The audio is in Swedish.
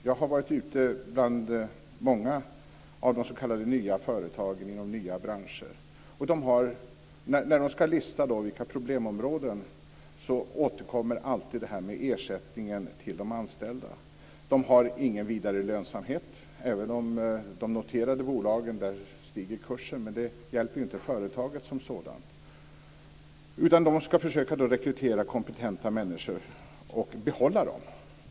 Jag har varit ute bland många av de s.k. nya företagen inom nya branscher. När man skall lista problemområden återkommer alltid det här med ersättningen till de anställda. Man har ingen vidare lönsamhet, även om kursen stiger när det gäller de noterade bolagen. Men det hjälper ju inte företaget som sådant, utan man skall försöka rekrytera kompetenta människor och behålla dem.